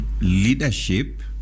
leadership